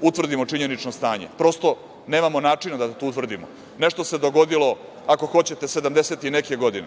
utvrdimo činjenično stanje, prosto nemamo načina da to utvrdimo, nešto se dogodilo, ako hoćete sedamdeset i neke godine,